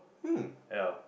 ya